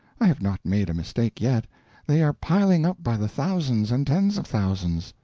i have not made a mistake yet they are piling up by the thousands and tens of thousands.